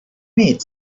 meet